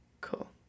Cool